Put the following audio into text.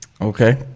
Okay